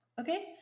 Okay